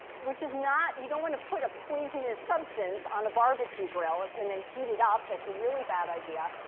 which is not you don't want to put a poisonous substance on a barbecue grill and then heat it up. that's a really bad idea.